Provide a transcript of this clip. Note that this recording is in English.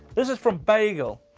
this is from bagel.